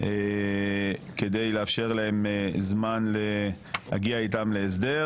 כדי לאפשר להם זמן להגיע איתם להסדר,